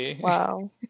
Wow